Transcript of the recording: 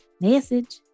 Message